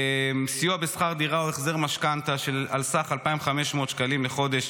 סיוע בשכר דירה או החזר משכנתה על סך 2,500 שקלים בחודש,